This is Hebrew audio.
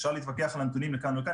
אפשר להתווכח על הנתונים לכאן או לכאן,